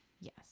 yes